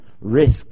risk